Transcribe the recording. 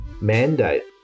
mandate